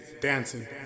dancing